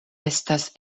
estas